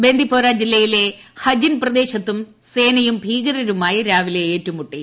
ബ്രിദ്ദിപ്പോര ജില്ലയിലെ ഹജിൻ പ്രദേശത്തും സേനയും ഭീകര്രുമായി രാവിലെ ഏറ്റുമുട്ടി